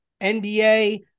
NBA